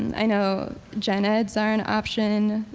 i know gen eds are an option.